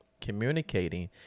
communicating